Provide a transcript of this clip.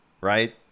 right